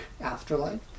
afterlife